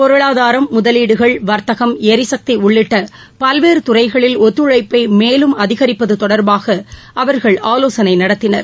பொருளாதாரம் முதலீடுகள் வர்த்தகம் எரிசக்தி உள்ளிட்ட பல்வேறு துறைகளில் ஒத்துழைப்பை மேலும் அதிகரிப்பது தொடர்பாக அவர்கள் ஆவோசனை நடத்தினர்